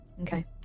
okay